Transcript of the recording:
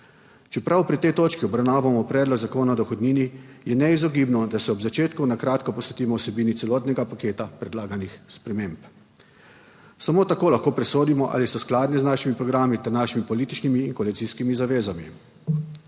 Čeprav pri tej točki obravnavamo predlog zakona o dohodnini je neizogibno, da se ob začetku na kratko posvetimo vsebini celotnega paketa predlaganih sprememb. Samo tako lahko presodimo, ali so skladni z našimi programi ter našimi političnimi in koalicijskimi zavezami.